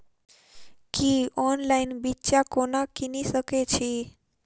हम ऑनलाइन बिच्चा कोना किनि सके छी?